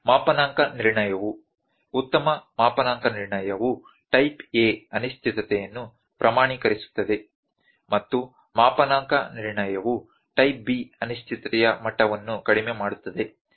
ಮಾಪನಾಂಕ ನಿರ್ಣಯವು ಉತ್ತಮ ಮಾಪನಾಂಕ ನಿರ್ಣಯವು ಟೈಪ್ A ಅನಿಶ್ಚಿತತೆಯನ್ನು ಪ್ರಮಾಣೀಕರಿಸುತ್ತದೆ ಮತ್ತು ಮಾಪನಾಂಕ ನಿರ್ಣಯವು ಟೈಪ್ B ಅನಿಶ್ಚಿತತೆಯ ಮಟ್ಟವನ್ನು ಕಡಿಮೆ ಮಾಡುತ್ತದೆ